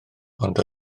ond